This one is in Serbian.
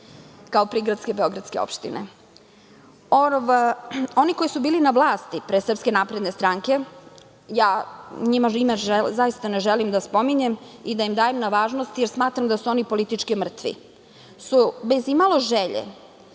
kao prigradske beogradske opštine. Oni koji su bili na vlasti pre SNS, njih zaista ne želim da spominjem i da im dajem na važnosti, jer smatram da su oni politički mrtvi, su bez imalo želje